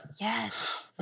Yes